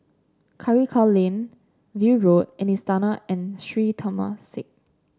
Karikal Lane View Road and Istana and Sri Temasek